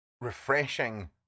refreshing